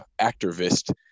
activist